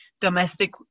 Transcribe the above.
Domestic